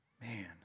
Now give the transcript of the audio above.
Man